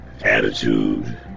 attitude